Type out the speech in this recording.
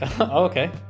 Okay